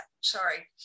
Sorry